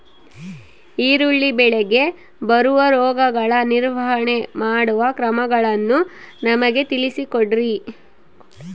ಈರುಳ್ಳಿ ಬೆಳೆಗೆ ಬರುವ ರೋಗಗಳ ನಿರ್ವಹಣೆ ಮಾಡುವ ಕ್ರಮಗಳನ್ನು ನಮಗೆ ತಿಳಿಸಿ ಕೊಡ್ರಿ?